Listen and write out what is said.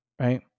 right